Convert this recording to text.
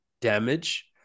damage